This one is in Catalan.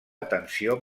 atenció